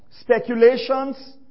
speculations